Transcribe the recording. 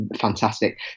fantastic